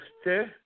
stay